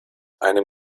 einem